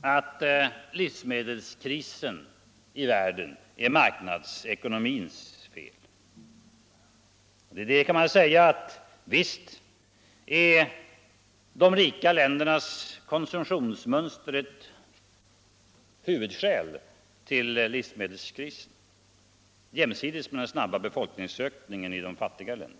att livsmedelskrisen i världen är marknadsekonomins fel. Till det kan man säga att visst är de rika ländernas konsumtionsmönster ett huvudskäl till livsmedelskrisen, jämsides med den snabba befolkningsökningen i de fattiga länderna.